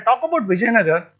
um about vijayanagara,